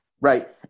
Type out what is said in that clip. Right